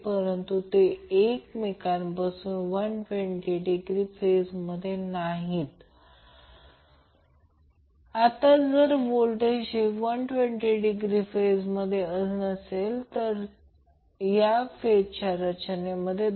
आकृती 3 मध्ये दाखविलेल्या सर्किटमध्ये टर्मिनल A आणि B मध्ये जोडलेला लोड RL व्हेरिएबल आहे आणि एक कॅपॅसिटीव रिअॅक्टॅन्स XC आहे